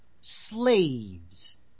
slaves